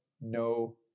no